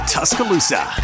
Tuscaloosa